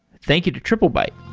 thank you to triplebyte